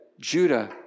Judah